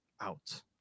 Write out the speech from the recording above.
out